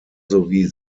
sowie